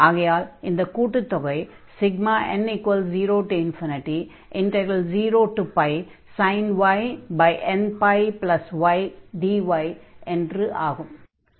ஆகையால் அந்த கூட்டுத் தொகை n00sin y nπydy என்றாகும்